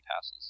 passes